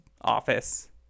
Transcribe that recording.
office